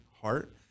heart